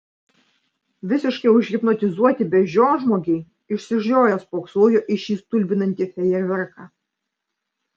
visiškai užhipnotizuoti beždžionžmogiai išsižioję spoksojo į šį stulbinantį fejerverką